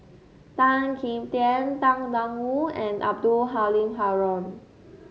Tan Kim Tian Tang Da Wu and Abdul Halim Haron